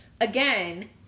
again